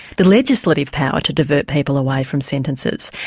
the legislative power to divert people away from sentences.